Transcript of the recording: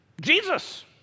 Jesus